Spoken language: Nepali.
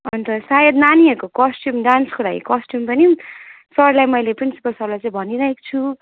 अन्त सायद नानीहरूको कस्ट्युम डान्सको लागि कस्ट्युम पनि सरलाई मैले प्रिन्सिपल सरलाई चाहिँ भनिरहेको छु